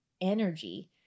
energy